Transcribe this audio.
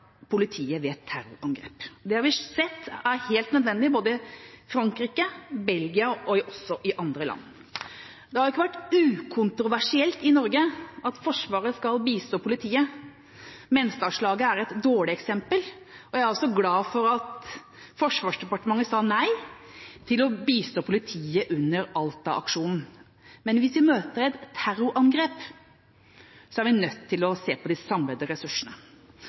politiet ved et terrorangrep. Det har vi sett er helt nødvendig i både Frankrike, Belgia og andre land. Det har ikke vært ukontroversielt i Norge at Forsvaret skal bistå politiet. Menstadslaget er et dårlig eksempel, og jeg er også glad for at Forsvarsdepartementet sa nei til å bistå politiet under Alta-aksjonen. Men hvis vi møter et terrorangrep, er vi nødt til å se på de samlede ressursene.